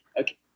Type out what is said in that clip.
Okay